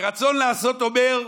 ורצון לעשות אומר,